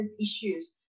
issues